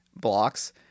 blocks